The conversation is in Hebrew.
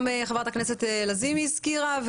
גם חברת הכנסת לזימי הזכירה.